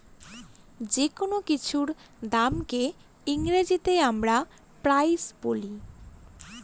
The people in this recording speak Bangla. যেকোনো কিছুর দামকে ইংরেজিতে আমরা প্রাইস বলি